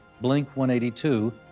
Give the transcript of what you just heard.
Blink-182